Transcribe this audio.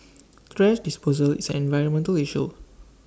thrash disposal is an environmental issue